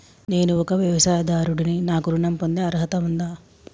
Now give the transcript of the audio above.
నేను ఒక వ్యవసాయదారుడిని నాకు ఋణం పొందే అర్హత ఉందా?